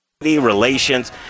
relations